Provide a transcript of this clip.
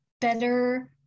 better